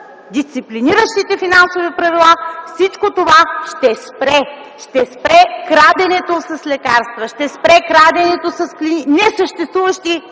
дисциплиниращите финансови правила, всичко това ще спре. Ще спре краденето с лекарства. Ще спре краденето с несъществуващите